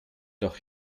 doch